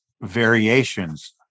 variations